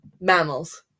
Mammals